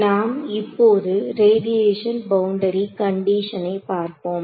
நாம் இப்போது radiation boundary கண்டிஷனை பார்ப்போம்